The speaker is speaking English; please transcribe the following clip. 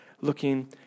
looking